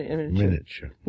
miniature